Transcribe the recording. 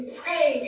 pray